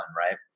right